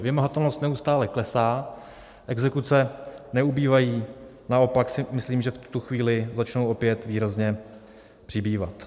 Vymahatelnost neustále klesá, exekuce neubývají, naopak si myslím, že v tuto chvíli začnou opět výrazně přibývat.